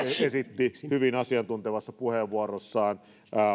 esitti hyvin asiantuntevassa puheenvuorossaan